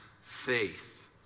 faith